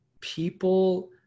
people